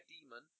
demon